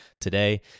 today